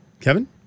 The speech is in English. Kevin